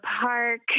Park